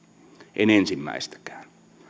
en ensimmäistäkään